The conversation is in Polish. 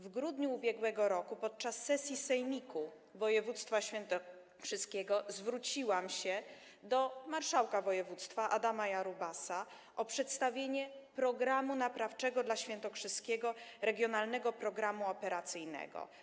W grudniu ub.r. podczas sesji Sejmiku Województwa Świętokrzyskiego zwróciłam się do marszałka województwa Adama Jarubasa o przedstawienie programu naprawczego dla świętokrzyskiego regionalnego programu operacyjnego.